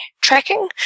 tracking